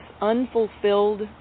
unfulfilled